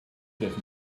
just